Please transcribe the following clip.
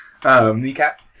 kneecap